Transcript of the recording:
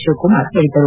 ಶಿವಕುಮಾರ್ ಹೇಳಿದರು